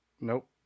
Nope